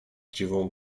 dziwą